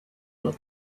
all